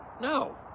No